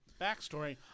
backstory